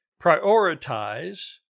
prioritize